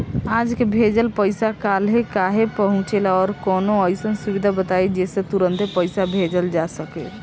आज के भेजल पैसा कालहे काहे पहुचेला और कौनों अइसन सुविधा बताई जेसे तुरंते पैसा भेजल जा सके?